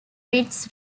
its